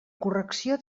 correcció